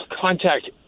contact